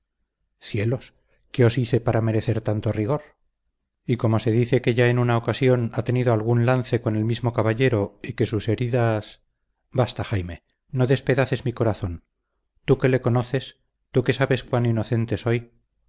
cielos qué os hice para merecer tanto rigor y como se dice que ya en una ocasión ha tenido algún lance con el mismo caballero y que sus heridas basta jaime no despedaces mi corazón tú que le conoces tú que sabes cuán inocente soy